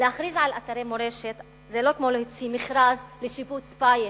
להכריז על אתרי מורשת זה לא כמו להוציא מכרז לשיפוץ בית.